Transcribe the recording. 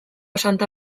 santa